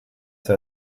zur